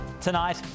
Tonight